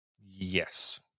yes